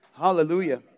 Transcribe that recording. Hallelujah